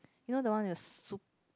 you know the one with the soup